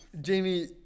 Jamie